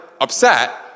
upset